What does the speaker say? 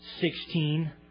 sixteen